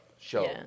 show